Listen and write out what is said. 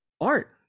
art